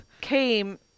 came